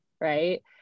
right